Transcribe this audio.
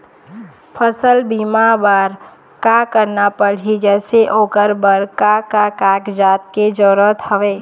फसल बीमा बार का करना पड़ही जैसे ओकर बर का का कागजात के जरूरत हवे?